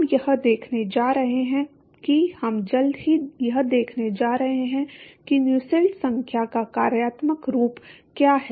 हम यह देखने जा रहे हैं कि हम जल्द ही यह देखने जा रहे हैं कि नुसेल्ट संख्या का कार्यात्मक रूप क्या है